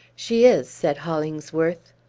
she is, said hollingsworth.